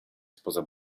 spoza